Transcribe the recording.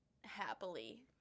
happily